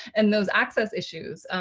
and those access issues.